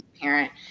parent